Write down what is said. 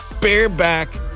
Bareback